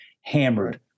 hammered